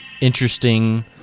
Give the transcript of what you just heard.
interesting